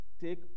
take